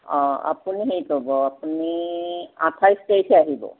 অঁ আপুনি হেৰি কৰিব আপুনি আঠাইছ তাৰিখে আহিব